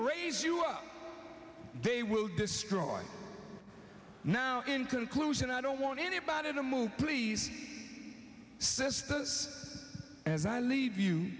raise you up they will destroy now in conclusion i don't want anybody to move please the sisters as i leave you